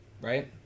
Right